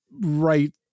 right